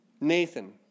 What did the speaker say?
Nathan